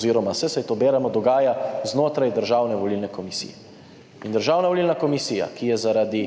oziroma saj se to, beremo, dogaja znotraj Državne volilne komisije. In Državna volilna komisija, ki je zaradi